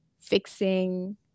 fixing